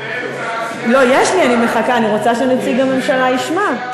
לא, יש לי, אני מחכה, אני רוצה שנציג הממשלה ישמע.